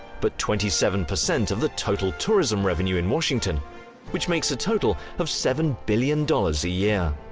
but twenty seven percent of the total tourism revenue in washington which makes a total of seven billion dollars a year.